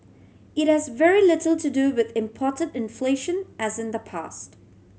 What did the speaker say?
it has very little to do with imported inflation as in the past